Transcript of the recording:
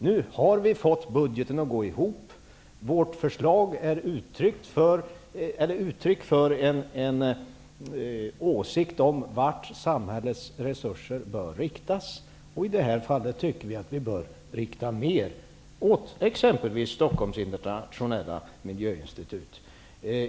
Nu har vi fått budgeten att gå ihop. Vårt förslag är uttryck för en åsikt om vart samhällets resurser bör riktas, och i det här fallet tycker vi att de mer bör gå till exempelvis Stockholms internationella miljöinstitut.